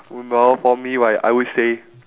oo no for me right I would say